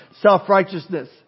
self-righteousness